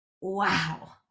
wow